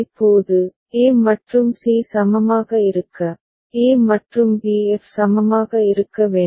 இப்போது a மற்றும் c சமமாக இருக்க e மற்றும் b f சமமாக இருக்க வேண்டும்